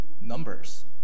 numbers